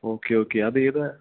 okay okay അതേതാ